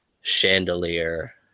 chandelier